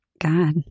God